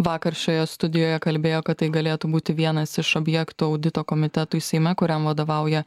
vakar šioje studijoje kalbėjo kad tai galėtų būti vienas iš objektų audito komitetui seime kuriam vadovauja